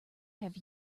have